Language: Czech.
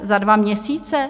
Za dva měsíce?